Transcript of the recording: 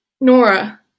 Nora